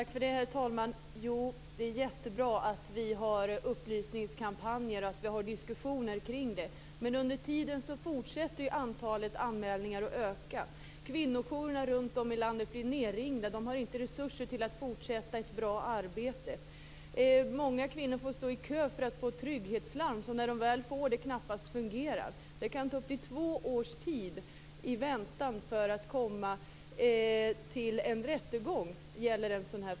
Herr talman! Det är jättebra att det finns upplysningskampanjer och diskussioner. Men under tiden fortsätter antalet anmälningar att öka. Kvinnojourerna runt om i landet är nedringda. De har inte resurser till att fortsätta ett bra arbete. Många kvinnor får stå i kö för att få ett trygghetslarm, som när de väl får det knappast fungerar. Det kan bli två års väntan för att få komma till rättegång i en sådan fråga.